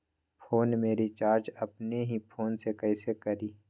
Phone में recharge अपने ही फ़ोन से कईसे करी?